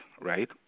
right